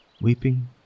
Weeping